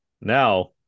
Now